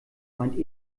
meint